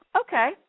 Okay